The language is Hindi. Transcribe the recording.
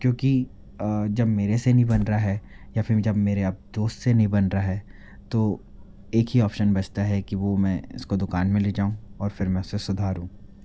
क्योंकि जब मेरे से नहीं बन रहा है या फिर जब मेरे अब दोस्त से नहीं बन रहा है तो एक ही ऑप्शन बचता है कि वो मैं इसको दुकान में ले जाऊँ और फिर मैं उसे सुधारूँ